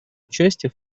участие